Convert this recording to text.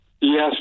Yes